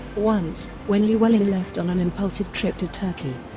once, when llewellyn left on an impulsive trip to turkey,